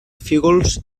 fígols